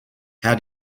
how